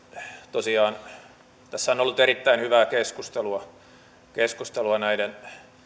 tosiaan tässä on ollut erittäin hyvää keskustelua keskustelua näiden